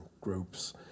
groups